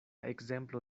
ekzemplo